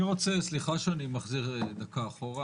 סליחה שאני מחזיר דקה אחורה.